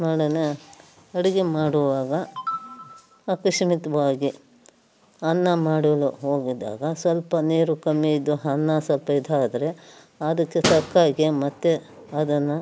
ನೋಡಣ್ಣ ಅಡುಗೆ ಮಾಡುವಾಗ ಆಕಸ್ಮಿತವಾಗಿ ಅನ್ನ ಮಾಡಲು ಹೋಗಿದ್ದಾಗ ಸ್ವಲ್ಪ ನೀರು ಕಮ್ಮಿ ಇದ್ದು ಅನ್ನ ಸ್ವಲ್ಪ ಇದಾದರೆ ಅದಕ್ಕೆ ತಕ್ಕ ಹಾಗೇ ಮತ್ತೆ ಅದನ್ನು